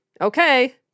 okay